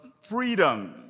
freedom